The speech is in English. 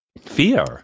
Fear